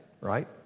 right